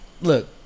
look